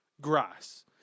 Grass